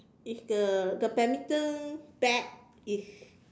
it's the the badminton bat is